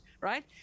right